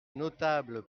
notable